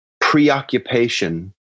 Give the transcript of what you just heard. preoccupation